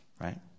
right